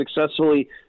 successfully